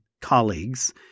colleagues